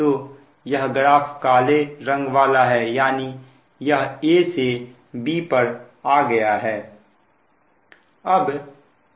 तो यह ग्राफ काले रंग वाला है यानी यह a से b पर आ गया है